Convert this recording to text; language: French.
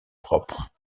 propres